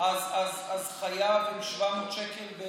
אז חייו הם 700 שקל בגני יהושע?